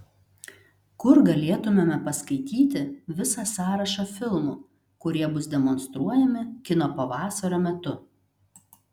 kur galėtumėme paskaityti visą sąrašą filmų kurie bus demonstruojami kino pavasario metu